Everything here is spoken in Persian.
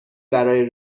برای